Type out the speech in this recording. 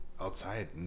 Outside